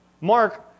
Mark